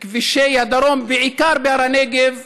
כבישי הדרום, בעיקר בהר הנגב,